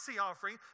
offering